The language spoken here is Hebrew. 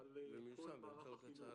על כל מערך החינוך.